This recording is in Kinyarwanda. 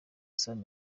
asaba